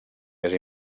més